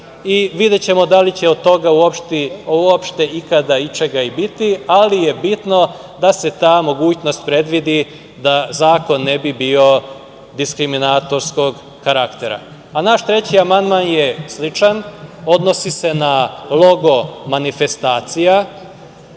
Videćemo da li će od toga uopšte ikada ičega i biti, ali je bitno da se ta mogućnost predvidi da zakon ne bi bio diskriminatorskog karaktera. Naš treći amandman je sličan. Odnosi se na log manifestacija.